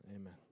Amen